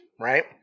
right